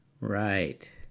Right